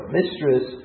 mistress